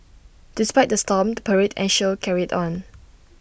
despite the storm the parade and show carried on